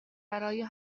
برای